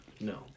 No